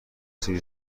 سیب